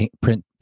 print